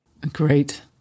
Great